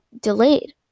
delayed